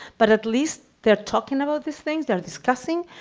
but at least they're talking about these things. they're discussing,